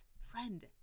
friend